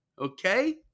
okay